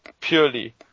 purely